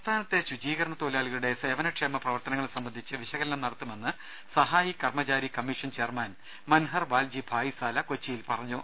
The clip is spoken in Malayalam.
സംസ്ഥാനത്തെ ശുചീകരണ തൊഴിലാളികളുടെ സേവന ക്ഷേമ പ്രവർത്തനങ്ങളെ സംബന്ധിച്ച് വിശകലനം നടത്തുമെന്ന് സഹായി കർമ്മചാരി കമ്മീഷൻ ചെയർമാൻ മൻഹർ വാൽജി ഭായിസാല കൊച്ചിയിൽ പറഞ്ഞു